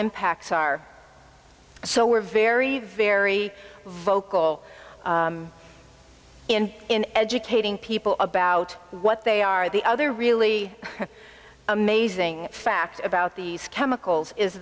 impacts are so we're very very vocal in in educating people about what they are the other really amazing fact about these chemicals is